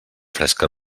fresca